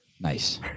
nice